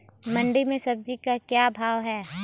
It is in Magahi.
मंडी में सब्जी का क्या भाव हैँ?